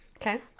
Okay